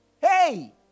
Hey